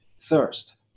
thirst